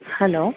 hello